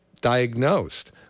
diagnosed